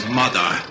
mother